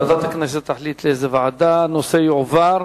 לאיזו ועדה הנושא יעבור.